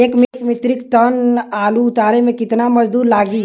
एक metric ton आलू के उतारे मे कितना मजदूर लागि?